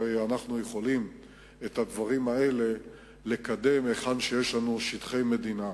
הרי אנחנו יכולים את הדברים האלה לקדם היכן שיש לנו שטחי מדינה,